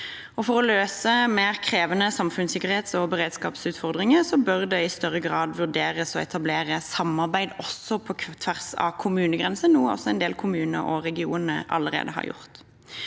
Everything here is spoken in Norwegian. for å løse mer krevende samfunnssikkerhets- og beredskapsutfordringer bør det i større grad vurderes å etablere samarbeid også på tvers av kommunegrenser, noe altså en del kommuner og regioner allerede har gjort.